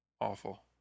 Awful